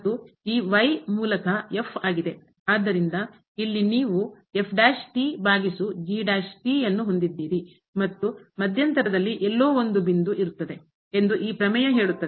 ಮತ್ತು ಈ ಮೂಲತಃ ಆದ್ದರಿಂದ ಇಲ್ಲಿ ನೀವು ಭಾಗಿಸು ಅನ್ನು ಹೊಂದಿದ್ದೀರಿ ಮತ್ತು ಮಧ್ಯಂತರದಲ್ಲಿ ಎಲ್ಲೋ ಒಂದು ಬಿಂದು ಇರುತ್ತದೆ ಎಂದು ಈ ಪ್ರಮೇಯ ಹೇಳುತ್ತದೆ